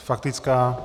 Faktická?